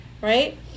right